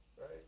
Right